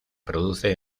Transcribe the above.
produce